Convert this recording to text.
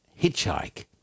hitchhike